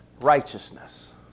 Righteousness